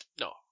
No